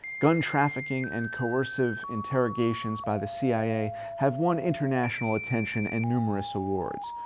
gun trafficking, and coercive interrogations by the cia have won international attention and numerous awards.